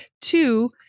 two